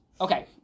Okay